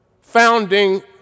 founding